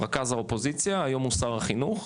רכז האופוזיציה, היום הוא שר החינוך,